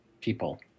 people